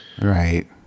Right